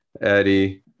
Eddie